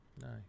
Nice